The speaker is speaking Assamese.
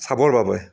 চাবৰ বাবে